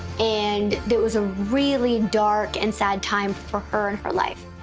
and it was a really dark and bad time for her in her life.